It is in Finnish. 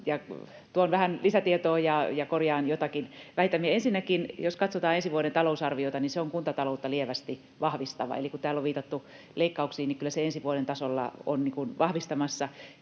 tuon vähän lisätietoja ja korjaan jotakin. Väitän ensinnäkin, jos katsotaan ensi vuoden talousarviota, että se on kuntataloutta lievästi vahvistava. Eli kun täällä on viitattu leikkauksiin, niin kyllä se ensi vuoden tasolla on vahvistamassa.